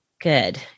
good